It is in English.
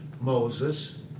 Moses